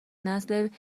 نسل